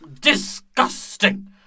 Disgusting